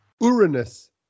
Uranus